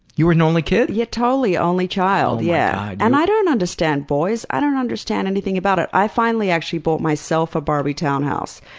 you were an only kid? yeah, totally. only child, yeah. and i don't understand boys. i don't understand anything about it. i finally actually bought myself a barbie townhouse,